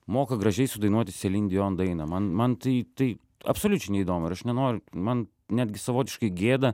moka gražiai sudainuoti celine dion dainą man man tai tai absoliučiai neįdomu ir aš nenoriu man netgi savotiškai gėda